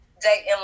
dating